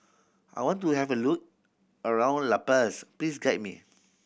I want to have a look around La Paz please guide me